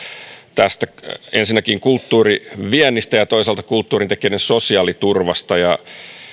tästä kulttuuriviennistä ja toisaalta kulttuurintekijöiden sosiaaliturvasta ja